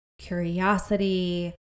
curiosity